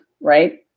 right